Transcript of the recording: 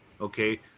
Okay